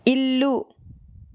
ఇల్లు